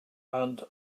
and